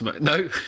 No